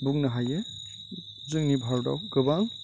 बुंनो हायो जोंनि भारतआव गोबां